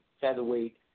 featherweight